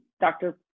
Dr